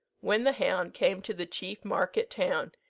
when the hound came to the chief market-town,